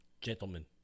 Gentlemen